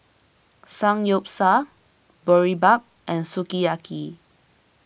Samgeyopsal Boribap and Sukiyaki